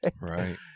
Right